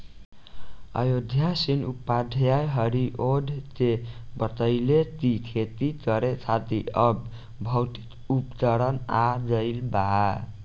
अयोध्या सिंह उपाध्याय हरिऔध के बतइले कि खेती करे खातिर अब भौतिक उपकरण आ गइल बा